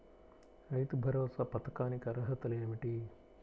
రైతు భరోసా పథకానికి అర్హతలు ఏమిటీ?